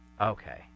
Okay